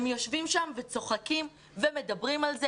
הם יושבים שם וצוחקים ומדברים על זה